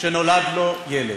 שנולד לו ילד,